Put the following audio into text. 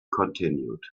continued